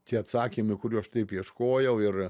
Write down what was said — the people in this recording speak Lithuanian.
tie atsakymai kurių aš taip ieškojau ir